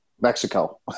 Mexico